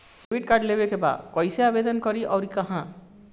Debit card लेवे के बा कइसे आवेदन करी अउर कहाँ?